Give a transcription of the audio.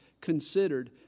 considered